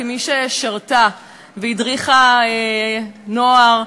כמי ששירתה והדריכה נוער,